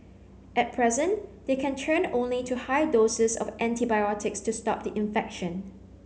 at present they can turn only to high doses of antibiotics to stop the infection